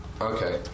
Okay